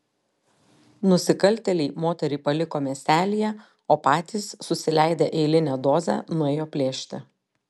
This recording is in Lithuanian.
nusikaltėliai moterį paliko miestelyje o patys susileidę eilinę dozę nuėjo plėšti